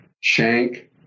Shank